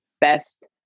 best